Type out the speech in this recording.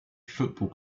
football